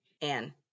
Anne